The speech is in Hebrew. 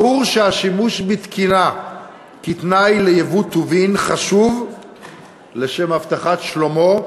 ברור שהשימוש בתקינה כתנאי לייבוא טובין חשוב לשם הבטחת שלומו,